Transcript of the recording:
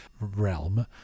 realm